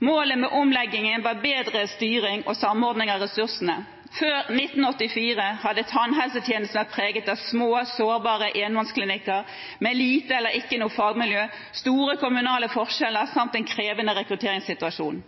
Målet med omleggingen var bedre styring og samordning av ressursene. Før 1984 hadde tannhelsetjenesten vært preget av små, sårbare enmannsklinikker med lite eller ikke noe fagmiljø, store kommunale forskjeller, samt en krevende rekrutteringssituasjon.